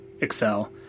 Excel